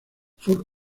forma